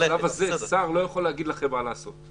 בשלב הזה שר לא יכול להגיד לכם מה לעשות,